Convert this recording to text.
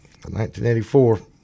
1984